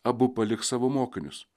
abu paliks savo mokinius